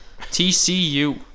TCU